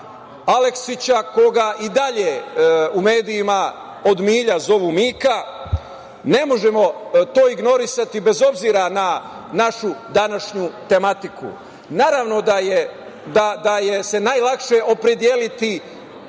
Aleksića, koga i dalje u medijima od milja zovu Mika. Ne možemo to ignorisati bez obzira na našu današnju tematiku. Naravno, da se je najlakše opredeliti